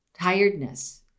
tiredness